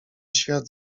świat